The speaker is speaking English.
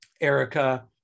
Erica